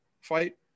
fight